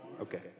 Okay